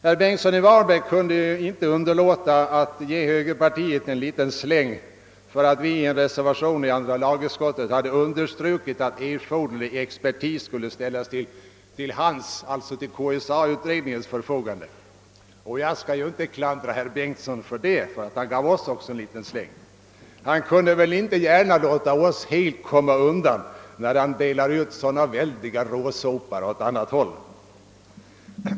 Herr Bengtsson i Varberg kunde inte underlåta att ge högerpartiet en liten släng för att vi i en reservation hade understrukit att erforderlig expertis skulle ställas till KSA-utredningens förfogande. Jag skall inte klandra herr Bengtsson för att han gav också oss en liten släng — han kunde väl inte gärna låta oss komma helt undan, när han delade ut sådana väldiga råsopar åt annat håll.